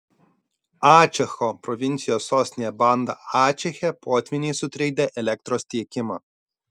ačecho provincijos sostinėje banda ačeche potvyniai sutrikdė elektros tiekimą